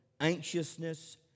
anxiousness